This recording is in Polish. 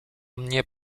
mnie